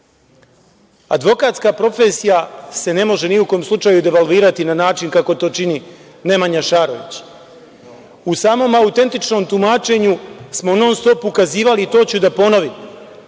advokaturu. Advokatska profesija se ne može ni u kom slučaju devalvirati na način kako to čini Nemanja Šarović.U samom autentičnom tumačenju smo non-stop ukazivali i to ću da ponovim